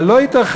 אבל לא ייתכן